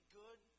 good